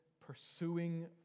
pursuing